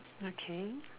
okay